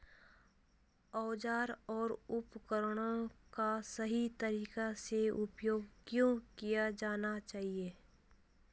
औजारों और उपकरणों का सही तरीके से उपयोग क्यों किया जाना चाहिए?